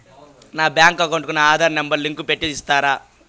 నా bank account కు నా ఆధార్ నెంబర్ లింకు పెట్టి ఇస్తారా?